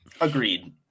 agreed